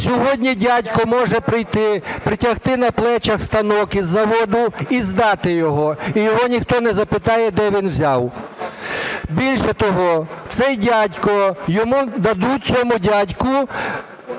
Сьогодні дядько може прийти, притягти на плечах станок із заводу і здати його. І його ніхто не запитає, де він взяв. Більше того, цей дядько, йому дадуть цьому дядьку